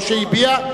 או שהביע,